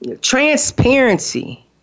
Transparency